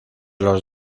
los